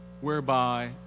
whereby